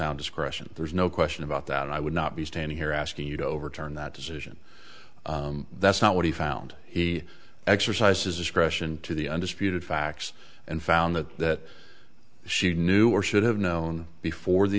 own discretion there's no question about that and i would not be standing here asking you to overturn that decision that's not what he found he exercised his discretion to the undisputed facts and found that she knew or should have known before the